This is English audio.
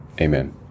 Amen